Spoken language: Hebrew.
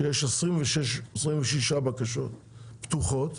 שיש 26 בקשות פתוחות,